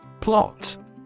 Plot